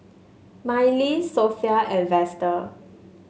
Mylee Sophia and Vester